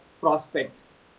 prospects